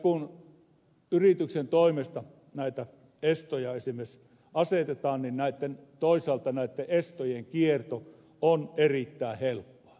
kun yrityksen toimesta näitä estoja esimerkiksi asetetaan niin toisaalta näitten estojen kierto on erittäin helppoa